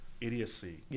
idiocy